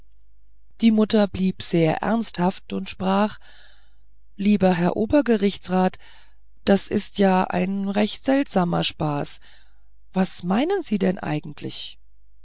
die mutter blieb sehr ernsthaft und sprach lieber herr obergerichtsrat das ist ja ein recht seltsamer spaß was meinen sie denn eigentlich